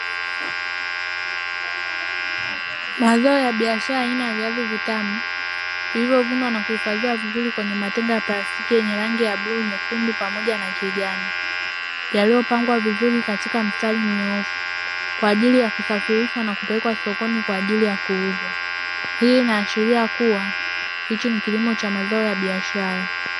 Mazao ya biashara aina ya viazi vitamu, vilivyovunwa na kuhifadhiwa vizuri kwenye matenga ya plastiki yenye rangi ya bluu, nyekundu pamoja na kijani, yaliyopangwa vizuri katika msitari mnyoofu kwa ajili ya kusafirishwa na kupelekwa sokoni kwa ajili ya kuuzwa, hii inaashiria kuwa hichi ni kilimo cha mazao ya biashara.